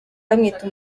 bamwita